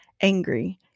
angry